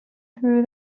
through